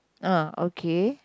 ah okay